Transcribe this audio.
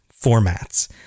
formats